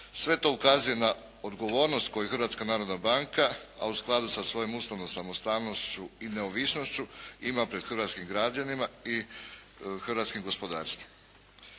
Sve to ukazuje na odgovornost koju Hrvatska narodna banka a u skladu sa svojom ustavnom samostalnošću i neovisnošću ima pred hrvatskim građanima i hrvatskim gospodarstvom.